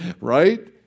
Right